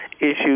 issues